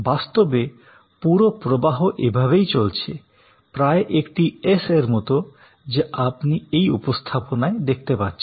বাস্তবে পুরো প্রবাহ এভাবেই চলছে প্রায় একটি এস এর মত যা আপনি এই উপস্থাপনায় দেখতে পাচ্ছেন